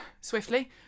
swiftly